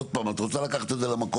עוד פעם את רוצה לקחת את זה למקום.